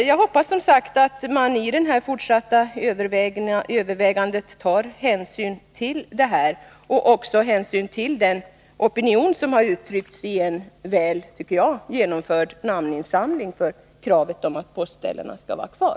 Jag hoppas som sagt att man vid det fortsatta övervägandet tar hänsyn till dessa förhållanden och också till den opinion som uttryckts i en som jag tycker väl genomförd namninsamling för kravet på att postställena skall vara kvar.